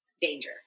danger